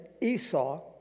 Esau